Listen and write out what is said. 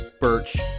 birch